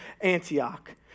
Antioch